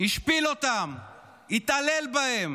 השפיל אותם, התעלל בהם